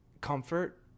comfort